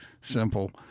simple